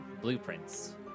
blueprints